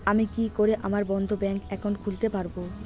আমি কি করে আমার বন্ধ ব্যাংক একাউন্ট খুলতে পারবো?